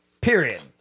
period